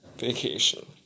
vacation